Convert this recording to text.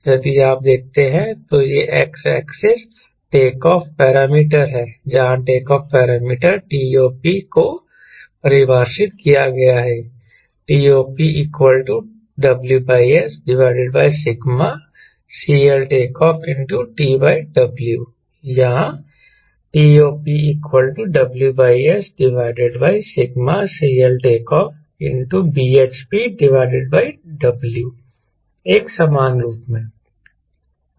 यदि आप देखते हैं तो यह x axis take off parameter है जहां टेक ऑफ पैरामीटर TOP को परिभाषित किया गया है TOP W Sσ CLTO TW या TOP W Sσ CLTO BHPW एक समान रूप में